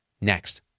next